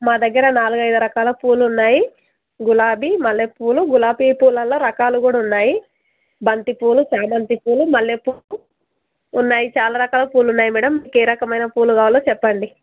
మా దగ్గర నాలుగు ఐదు రకాల పూలు ఉన్నాయి గులాబీ మల్లెపూలు గులాబీ పూలల్లో రకాలు కూడా ఉన్నాయి బంతి పూలు చామంతి పూలు మల్లె పూలు ఉన్నాయి చాలా రకాల పూలున్నాయి మ్యాడమ్ మీక ఏ రకమైన పూలు కావాలో చెప్పండి